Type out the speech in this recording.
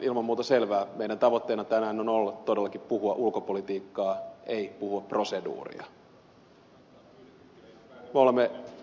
ilman muuta selvää on että meidän tavoitteenamme tänään on ollut todellakin puhua ulkopolitiikkaa ei puhua proseduuria